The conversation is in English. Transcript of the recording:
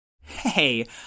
Hey